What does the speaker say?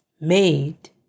made